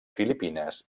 filipines